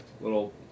little